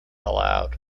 allowed